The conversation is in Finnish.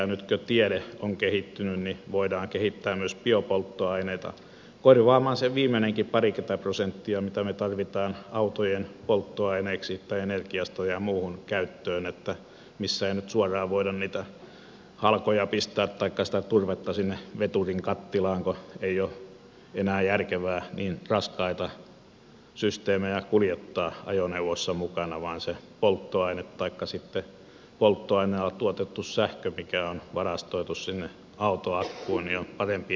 ja nyt kun tiede on kehittynyt niin voidaan kehittää myös biopolttoaineita korvaamaan se viimeinenkin parikymmentä prosenttia mitä me tarvitsemme autojen polttoaineeksi niin että energiasta on myös muuhun käyttöön missä ei nyt suoraan voida niitä halkoja taikka sitä turvetta pistää sinne veturin kattilaan kun ei ole enää järkevää niin raskaita systeemejä kuljettaa ajoneuvoissa mukana vaan se polttoaine taikka sitten polttoaineella tuotettu sähkö mikä on varastoitu sinne auton akkuun on parempi energialähde